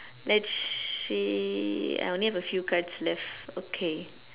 let's see I only have a few cards left okay